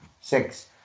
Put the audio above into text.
six